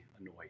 annoy